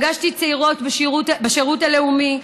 פגשתי צעירות בשירות לאומי,